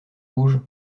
rouge